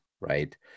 right